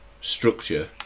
structure